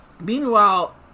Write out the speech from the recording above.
meanwhile